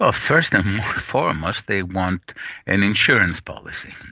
ah first and foremost they want an insurance policy,